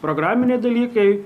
programiniai dalykai